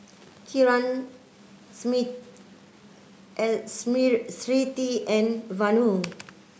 Kiran Smriti and Vanu